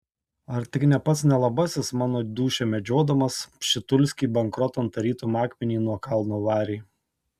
ar tik ne pats nelabasis mano dūšią medžiodamas pšitulskį bankrotan tarytum akmenį nuo kalno varė